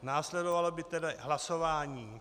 Následovalo by tedy hlasování.